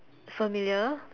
familiar